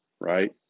right